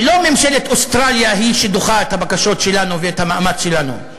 ולא ממשלת אוסטרליה היא שדוחה את הבקשות שלנו ואת המאמץ שלנו.